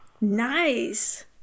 Nice